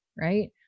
right